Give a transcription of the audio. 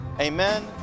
Amen